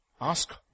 ask